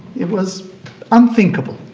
it was unthinkable,